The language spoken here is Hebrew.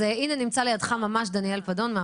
שהיה חבול בעין ממטופל שהכניס לו אגרוף גם שם,